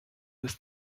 des